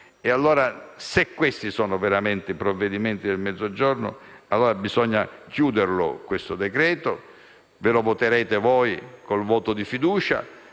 Paese. Se questi sono veramente i provvedimenti per il Mezzogiorno, allora bisogna chiudere questo decreto-legge. Lo voterete voi con il voto di fiducia